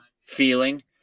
feeling